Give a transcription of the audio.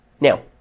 Now